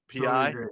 PI